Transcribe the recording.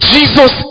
Jesus